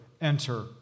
enter